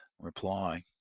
Reply